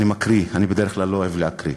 אני מקריא, אני בדרך כלל לא אוהב להקריא: